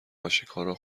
آشکارا